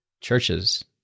churches